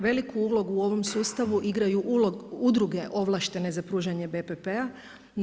Veliku ulogu u ovom sustavu igraju udruge ovlaštene za pružanje BPP-a.